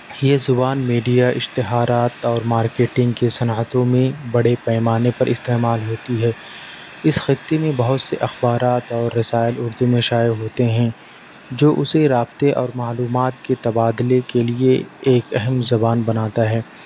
یہ زبان میڈیا اشتہارات اور مارکیٹنگ کے صنعتوں میں بڑے پیمانے پر استعمال ہوتی ہے اس خطے میں بہت سے اخبارات اور رسائل اردو میں شائع ہوتے ہیں جو اسے رابطے اور معلومات کی تبادلے کے لئے ایک اہم زبان بناتا ہے